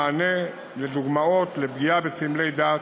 מענה לדוגמאות לפגיעה בסמלי דת